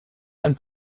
ein